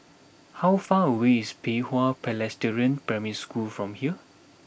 how far away is Pei Hwa Presbyterian Primary School from here